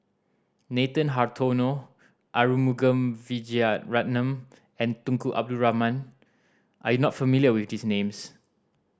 Nathan Hartono Arumugam Vijiaratnam and Tunku Abdul Rahman are you not familiar with these names